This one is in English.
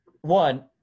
One